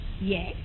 Yes